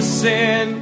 sin